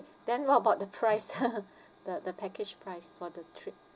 then what about the price the the package price for the trip